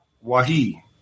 Wahi